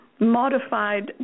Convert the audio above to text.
modified